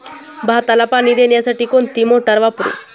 भाताला पाणी देण्यासाठी कोणती मोटार वापरू?